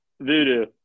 Voodoo